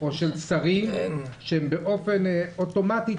של ח"כים או של שרים שהם באופן אוטומטית